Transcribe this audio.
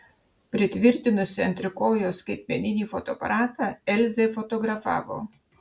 pritvirtinusi ant trikojo skaitmeninį fotoaparatą elzė fotografavo